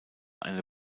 eine